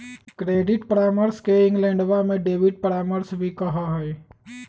credit परामर्श के इंग्लैंडवा में डेबिट परामर्श भी कहा हई